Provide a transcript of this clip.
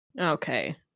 Okay